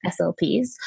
SLPs